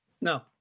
No